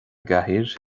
gcathaoir